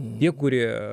tie kurie